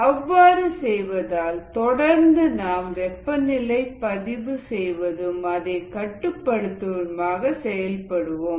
அவ்வாறு செய்வதால் தொடர்ந்து நாம் வெப்பநிலை பதிவு செய்வதும் அதை கட்டுப்படுத்துவதும் ஆக செயல்படுவோம்